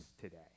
today